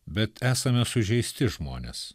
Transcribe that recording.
bet esame sužeisti žmonės